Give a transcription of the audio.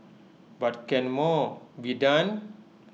but can more be done